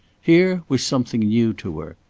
here was something new to her.